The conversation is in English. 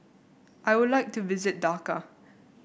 I would like to visit Dhaka